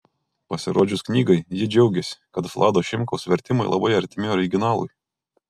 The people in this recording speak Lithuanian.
pasirodžius knygai ji džiaugėsi kad vlado šimkaus vertimai labai artimi originalui